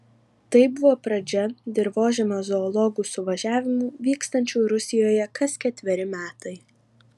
tai buvo pradžia dirvožemio zoologų suvažiavimų vykstančių rusijoje kas ketveri metai